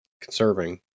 conserving